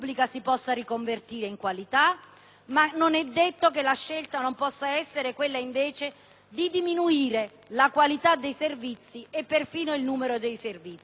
non è detto che la scelta non possa essere quella, invece, di diminuire la qualità dei servizi e perfino il loro numero, arrivando a uno stato minimo.